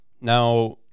Now